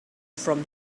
from